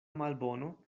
malbono